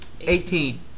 eighteen